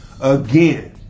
again